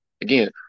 Again